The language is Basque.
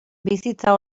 bizitza